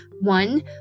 one